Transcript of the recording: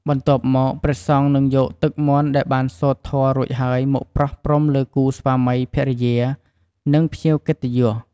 បន្ទាប់មក ព្រះសង្ឃនឹងយកទឹកមន្តដែលបានសូត្រធម៌រួចហើយមកប្រោះព្រំលើគូស្វាមីភរិយា និងភ្ញៀវកិត្តិយស។